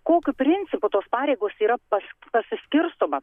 kokiu principu tos pareigos yra pas pasiskirstoma